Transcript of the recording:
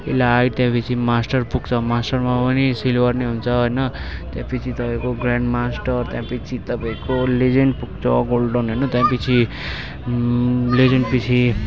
elite त्यहाँपिच्छे master पुग्छ मास्टरमा पनि सिल्भर नै हुन्छ होइन त्यहाँपिच्छे तपाईँको ग्रान्ड मास्टर त्यहाँपिच्छे तपाईँको लिजेन्ड पुग्छ गोल्डन होइन त्यहाँपिच्छे लिजेन्डपिच्छे